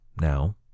Now